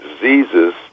diseases